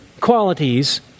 qualities